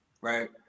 right